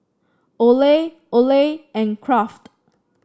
Olay Olay and Kraft